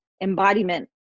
embodiment